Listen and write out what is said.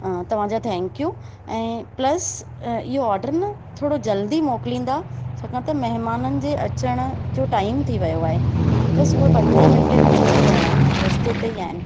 तव्हांजा थैंक्यू ऐं प्लस इहो ऑडर न थोरो जल्दी मोकिलींदा छाकाणि त महिमाननि जो अचणु जो टाइम थी वियो आहे बस उहे पंजें मिन्टें में अची रहिया आहिनि रस्ते ते ई आहिनि